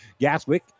Gaswick